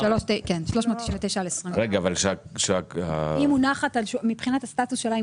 399/24. מבחינת הסטטוס שלה,